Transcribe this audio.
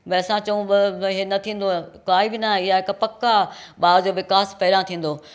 ॿई असां चऊं ॿ भई इहे न थींदव त आहे की न आहे या हिकु पक आहे ॿार जो विकास पहिरां थींदो